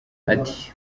ati